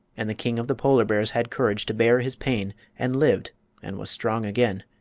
and the king of the polar bears had courage to bear his pain and lived and was strong again.